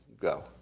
Go